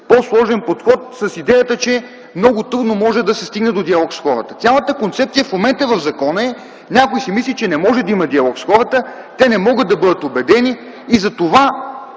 по-сложен подход с идеята, че много трудно може да се стигне до диалог с хората. Цялата концепция в закона в момента е, че някой си мисли, че не може да има диалог с хората, те не могат да бъдат убедени и затова